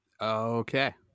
Okay